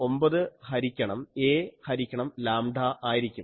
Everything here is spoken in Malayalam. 9 ഹരിക്കണം a ഹരിക്കണം ലാംഡാ ആയിരിക്കും